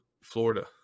florida